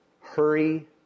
hurry